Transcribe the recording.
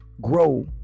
grow